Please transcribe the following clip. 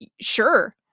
sure